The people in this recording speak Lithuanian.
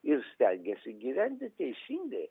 ir stengiasi gyventi teisingai